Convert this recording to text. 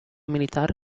militar